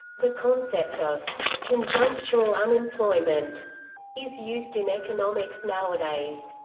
the concept of conjunctural unemployment is used in economics nowadays.